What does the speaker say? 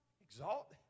Exalt